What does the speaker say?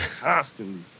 constantly